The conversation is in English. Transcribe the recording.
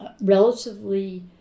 relatively